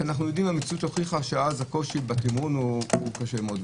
המציאות הוכיחה שאז הקושי בתמרון הוא קשה מאוד.